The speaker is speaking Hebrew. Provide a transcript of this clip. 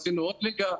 עשינו עוד ליגה,